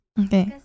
okay